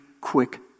quick